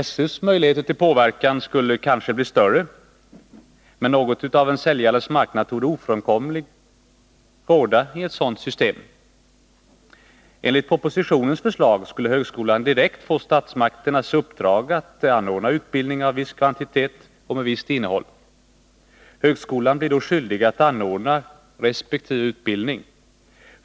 SÖ:s möjligheter till påverkan skulle kanske bli större med det socialdemokratiska förslaget, men något av en säljarens marknad torde ofrånkomligen komma att råda i ett sådan system. Enligt propositionens förslag skulle högskolan direkt få statsmakternas uppdrag att anordna utbildning av viss kvantitet och med visst innehåll. Högskolan blir då skyldig att anordna resp. utbildning.